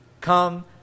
come